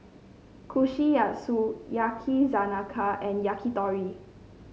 Kushikatsu Yakizakana and Yakitori